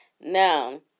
Now